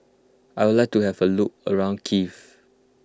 I would like to have a look around Kiev